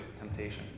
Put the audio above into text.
temptation